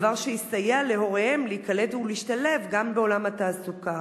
דבר שיסייע להוריהם להיקלט ולהשתלב גם בעולם התעסוקה?